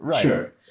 sure